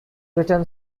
written